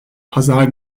pazar